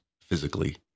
physically